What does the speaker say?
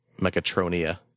Mechatronia